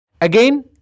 Again